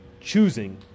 choosing